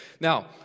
Now